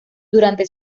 durante